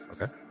Okay